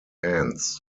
ends